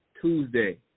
Tuesday